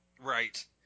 Right